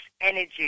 energy